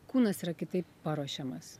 kūnas yra kitaip paruošiamas